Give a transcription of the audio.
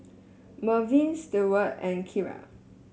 Merwin Stewart and Kira